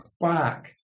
back